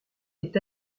est